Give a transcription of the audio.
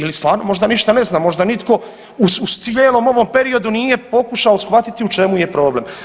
Ili, ili stvarno možda ništa ne zna, možda nitko u cijelom ovom periodu nije pokušao shvatiti u čemu je problem?